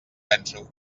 penso